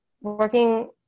working